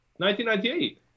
1998